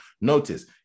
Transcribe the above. Notice